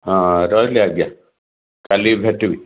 ହଁ ରହିଲି ଆଜ୍ଞା କାଲି ଭେଟିବି